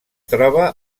troba